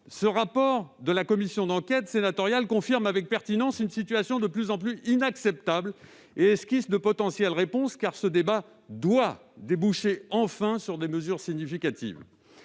le rapport de cette commission d'enquête sénatoriale confirme avec pertinence une situation de plus en plus inacceptable et esquisse de potentielles réponses, car ce débat doit déboucher enfin sur des mesures significatives